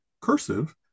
cursive